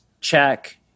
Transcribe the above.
check